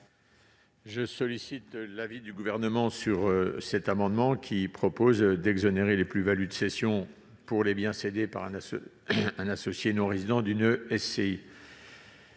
Je sollicite l'avis du Gouvernement sur cet amendement, qui vise à exonérer les plus-values de cession pour les biens cédés par un associé non résident d'une SCI.